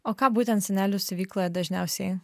o ką būtent senelių siuvykloje dažniausiai